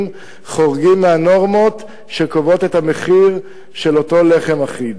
חורגים מהנורמות שקובעות את המחיר של אותו לחם אחיד.